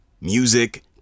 music